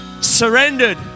surrendered